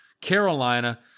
Carolina